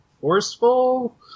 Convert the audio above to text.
forceful